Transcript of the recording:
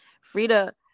Frida